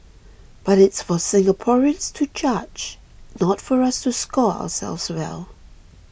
but it's for Singaporeans to judge not for us to score ourselves well